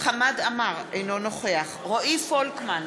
חמד עמאר, אינו נוכח רועי פולקמן,